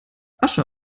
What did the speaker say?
asche